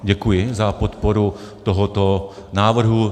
Děkuji za podporu tohoto návrhu.